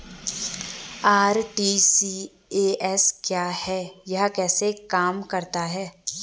RTGS क्या है यह कैसे काम करता है?